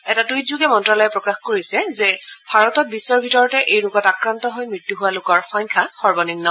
এটা টুইটযোগে মন্তালয়ে প্ৰকাশ কৰিছে যে ভাৰতত বিশ্বৰ ভিতৰতে এই ৰোগত আক্ৰান্ত হৈ মৃত্যু হোৱা লোকৰ সংখ্যা সৰ্বনিম্ন